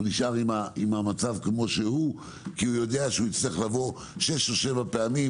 נשאר עם המצב כמו שהוא כי יודע שיצטרך לבוא 6 או 7 פעמים